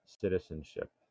citizenship